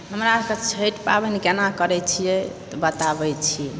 हमरासब छि ठ पाबनि केना करय छियै तऽ बताबय छी